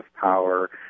power